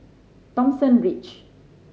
Thomson Ridge